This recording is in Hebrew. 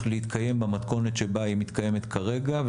להתקיים במתכונת שבה היא מתקיימת כרגע,